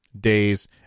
days